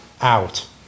out